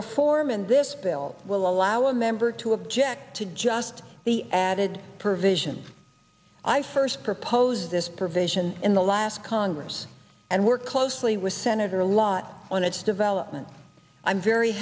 reform and this bill will allow a member to object to just the added provisions i first proposed this provision in the last congress and work closely with senator lott on its development i'm very